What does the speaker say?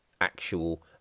actual